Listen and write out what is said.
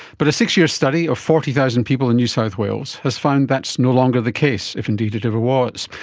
but a six-year study of forty thousand people in new south wales has found that's no longer the case, if indeed it ever was.